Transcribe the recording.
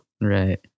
Right